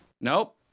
Nope